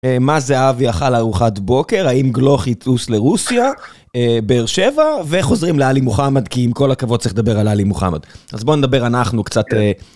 מה זהבי אכל לארוחת בוקר? האם גלוך יטוס לרוסיה? באר שבע. וחוזרים לעלי מוחמד, כי עם כל הכבוד צריך לדבר על עלי מוחמד. אז בוא נדבר אנחנו קצת...